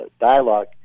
dialogue